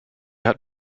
hat